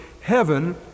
Heaven